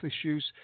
issues